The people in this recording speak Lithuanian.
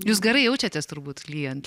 jūs gerai jaučiatės turbūt lyjant